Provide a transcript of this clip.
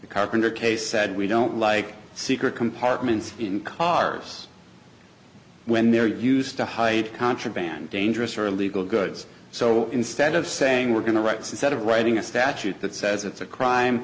the carpenter case said we don't like secret compartments in cars when they're used to hide contraband dangerous or illegal goods so instead of saying we're going to rights instead of writing a statute that says it's a crime